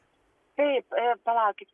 taip palaukit